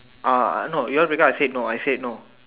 uh no you ask because I said no I said no